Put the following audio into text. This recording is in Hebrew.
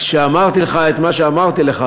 כשאמרתי לך את מה שאמרתי לך,